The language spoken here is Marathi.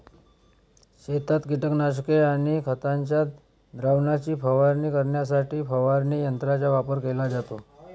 शेतात कीटकनाशके आणि खतांच्या द्रावणाची फवारणी करण्यासाठी फवारणी यंत्रांचा वापर केला जातो